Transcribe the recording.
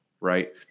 Right